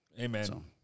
Amen